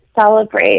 celebrate